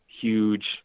huge